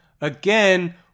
Again